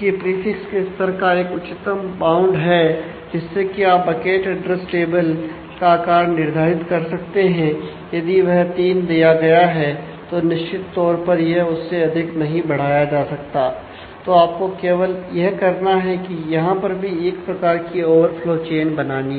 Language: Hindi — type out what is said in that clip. की प्रीफिक्स के स्तर का एक उच्चतम बाउंड बनानी है